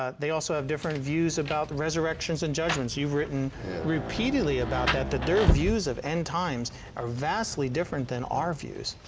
ah they also have different views about the resurrections and judgments. you've written repeatedly about that. that their views of end times are vastly different than our views.